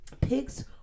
pigs